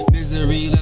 Misery